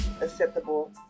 acceptable